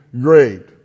great